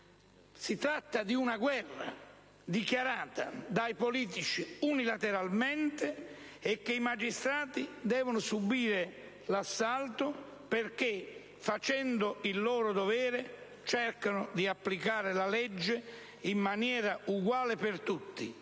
di fronte ad una guerra dichiarata dai politici unilateralmente, e i magistrati devono subire l'assalto perché facendo il loro dovere, cercano di applicare la legge in maniera uguale per tutti,